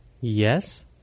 Yes